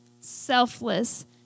selfless